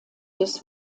des